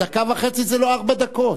דקה וחצי זה לא ארבע דקות.